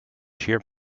sheer